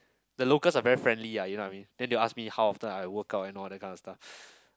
the locals are very friendly ah you know what I mean then they will ask me how often I work out and all that kind of stuff